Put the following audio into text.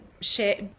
share